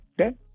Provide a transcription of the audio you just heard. Okay